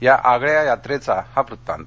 या आगळ्या यात्रेचा हा वृत्तांत